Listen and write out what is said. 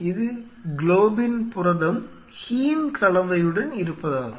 இது குளோபின் புரதம் ஹீம் கலவையுடன் இருப்பதாகும்